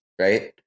right